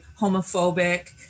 homophobic